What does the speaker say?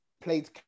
played